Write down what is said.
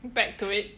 back to it